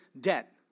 debt